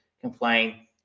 complain